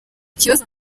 ikibazo